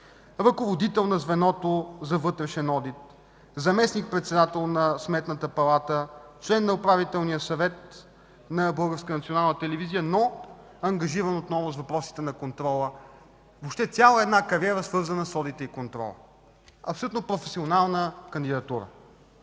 ръководител на Звеното за вътрешен одит, заместник-председател на Сметната палата, член на Управителния съвет на Българската национална телевизия, но ангажиран отново с въпросите на контрола. Въобще цяла една кариера, свързана с одитите и контрола. Абсолютно професионална кандидатура.